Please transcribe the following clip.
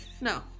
No